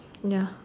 ya